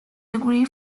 degree